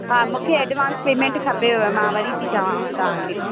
हा मूंखे advance payment खपेव मां वरी थी चवांव तव्हांखे